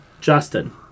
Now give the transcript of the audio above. Justin